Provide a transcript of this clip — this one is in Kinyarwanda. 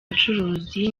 ubucuruzi